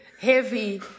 heavy